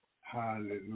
Hallelujah